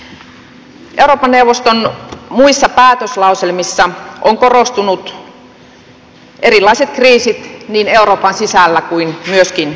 euroopan neuvoston muissa päätöslauselmissa ovat korostuneet erilaiset kriisit niin euroopan sisällä kuin myöskin sen rajoilla